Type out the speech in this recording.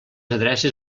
adreces